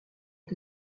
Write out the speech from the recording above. ont